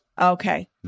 okay